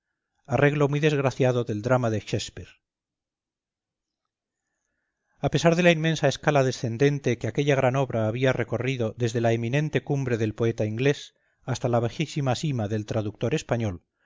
arreglo muy desgraciado del drama de shakespeare a pesar de la inmensa escala descendente que aquella gran obra había recorrido desde la eminente cumbre del poeta inglés hasta la bajísima sima del traductor español